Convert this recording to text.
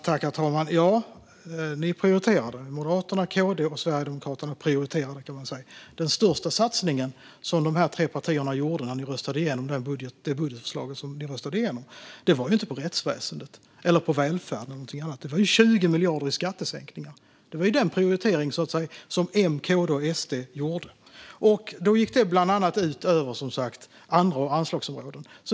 Herr talman! Ja, ni prioriterade. Moderaterna, KD och Sverigedemokraterna prioriterade, kan man säga. Den största satsningen som ni i de här tre partierna gjorde när ni röstade igenom det budgetförslag som ni röstade igenom var inte på rättsväsendet eller på välfärden eller någonting annat liknande, utan det var 20 miljarder i skattesänkningar. Det var den prioritering som M, KD och SD gjorde. Det gick som sagt ut över andra anslagsområden.